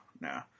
no